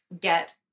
get